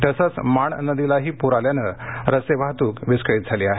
तसेच माण नदीलाही पूर आल्यानं रस्ते वाहतूक विस्कळीत झाली आहे